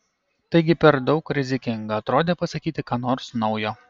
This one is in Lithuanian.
taigi per daug rizikinga atrodė pasakyti ką nors naujo